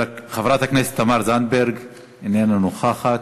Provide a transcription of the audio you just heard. חברת הכנסת תמר זנדברג, אינה נוכחת,